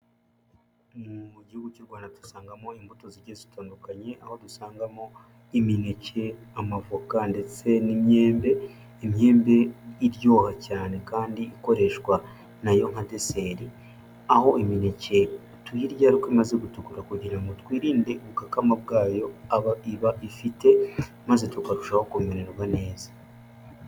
Mu gihugu cy'u Rwanda dusangamo imbuto zigiye zitandukanye, aho dusangamo imineke, amavoka, ndetse n'imyembe, imyembe iryoha cyane kandi ikoreshwa nayo nka deseri, aho imineke tuyirya ari uko imaze gutukura, kugira ngo twirinde ubukakama bwayo iba ifite, maze tukarushaho kumererwa neza.